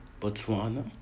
Botswana